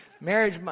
Marriage